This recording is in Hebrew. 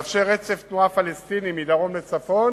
זה בא לאפשר רצף תנועה פלסטיני מדרום לצפון